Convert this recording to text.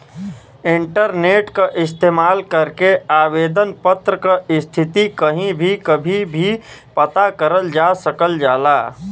internet क इस्तेमाल करके आवेदन पत्र क स्थिति कहीं भी कभी भी पता करल जा सकल जाला